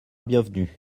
bienvenu